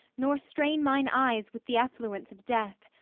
nor strain mine eyes with the effluence of death.